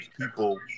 people